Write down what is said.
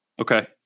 Okay